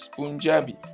Punjabi